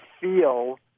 feel